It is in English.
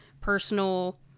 personal